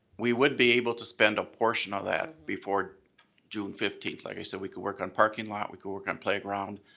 we would be able to spend a portion of that before june fifteenth, like i said, we could work on parking lot, we could work on playground,